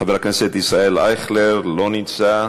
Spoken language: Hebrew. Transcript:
חבר הכנסת ישראל אייכלר, לא נמצא.